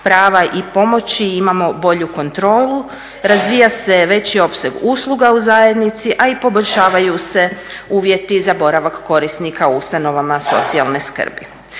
prava i pomoći, imamo bolju kontrolu. Razvija se veći opseg usluga u zajednici, a i poboljšavaju se uvjeti za boravak korisnika u ustanovama socijalne skrbi.